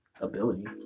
ability